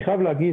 אני חייב להגיד,